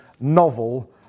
novel